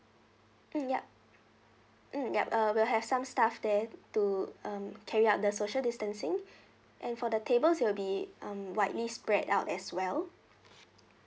mm ya mm ya uh we'll have some staff there to um carry out the social distancing and for the tables it will be um widely spread out as well